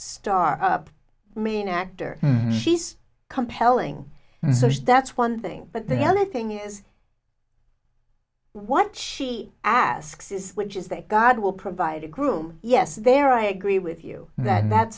star up main actor she's compelling that's one thing but the other thing is what she asks is which is that god will provide a groom yes there i agree with you that that's